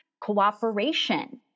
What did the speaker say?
cooperation